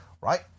right